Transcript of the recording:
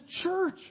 church